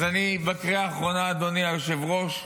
בקריאה האחרונה, אדוני היושב-ראש,